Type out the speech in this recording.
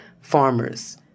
Farmers